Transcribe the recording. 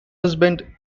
husband